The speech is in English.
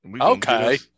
Okay